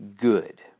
good